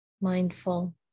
mindful